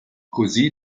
così